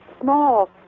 small